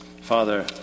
Father